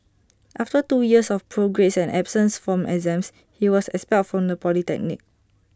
after two years of poor grades and absence from exams he was expelled from the polytechnic